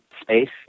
space